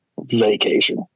Vacation